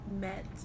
met